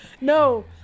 no